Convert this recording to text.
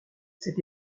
cet